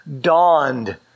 dawned